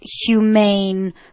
humane